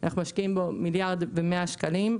אנחנו משקיעים בו מיליארד ו-100 מיליון שקלים.